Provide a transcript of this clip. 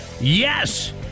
yes